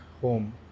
home